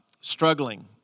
struggling